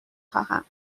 خواهم